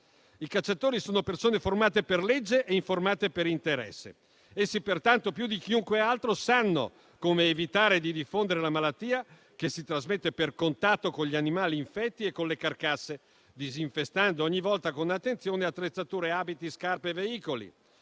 I cacciatori sono persone formate per legge e informate per interesse. Essi pertanto, più di chiunque altro, sanno come evitare di diffondere la malattia, che si trasmette per contatto con gli animali infetti e con le carcasse, disinfestando ogni volta con attenzione le attrezzature, gli abiti, le scarpe e i veicoli.